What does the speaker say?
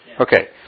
Okay